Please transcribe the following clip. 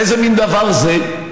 איזה מין דבר זה?